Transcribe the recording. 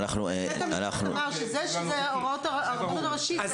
בית המשפט אמר שזה שזה הוראות הרבנות הראשית,